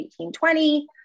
1820